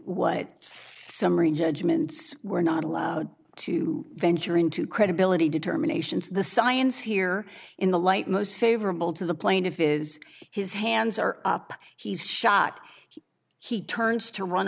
what summary judgments were not allowed to venture into credibility determinations the science here in the light most favorable to the plaintiff is his hands are up he's shot he he turns to run